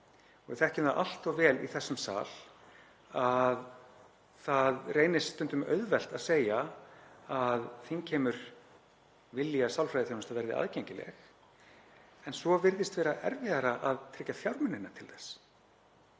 Við þekkjum það allt of vel í þessum sal að það reynist stundum auðvelt að segja að þingheimur vilji að sálfræðiþjónusta verði aðgengileg en svo virðist vera erfiðara að tryggja fjármuni til þess.